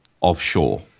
offshore